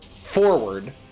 forward